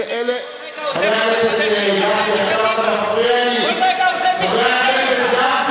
חבר הכנסת גפני, אתה מפריע לי.